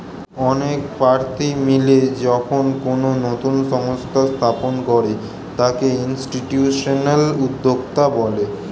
অনেক প্রার্থী মিলে যখন কোনো নতুন সংস্থা স্থাপন করে তাকে ইনস্টিটিউশনাল উদ্যোক্তা বলে